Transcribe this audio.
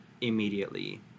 immediately